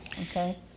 Okay